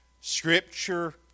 Scripture